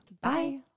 Bye